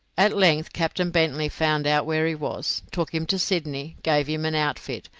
at length captain bentley found out where he was, took him to sydney, gave him an outfit,